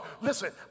listen